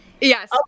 Yes